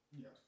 Yes